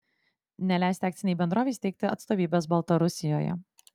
neleisti akcinei bendrovei steigti atstovybės baltarusijoje